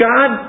God